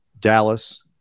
Dallas